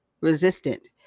resistant